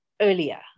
earlier